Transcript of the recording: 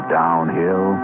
downhill